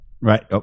Right